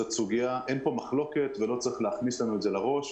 וזאת סוגיה שאין פה מחלוקת ולא צריך להכניס לנו את זה לראש,